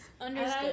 understood